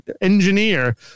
engineer